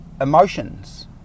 emotions